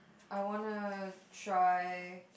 I wanna try